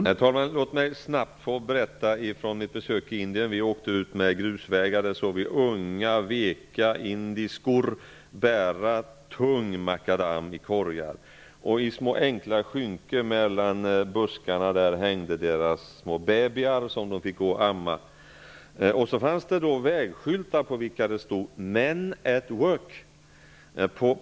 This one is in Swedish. Herr talman! Låt mig snabbt få berätta litet från mitt besök i Indien. Vi åkte på grusvägar, där vi såg unga, veka indiskor bära tung makadam i korgar. I små enkla skynken mellan buskarna hängde deras små bebisar, som de fick gå och amma. Sedan fanns det vägskyltar, på vilka det stod: Men at work.